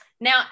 Now